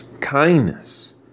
Kindness